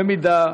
במידה